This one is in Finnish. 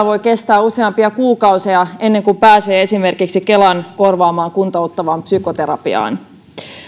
voi vielä kestää useampia kuukausia ennen kuin pääsee esimerkiksi kelan korvaamaan kuntouttavaan psykoterapiaan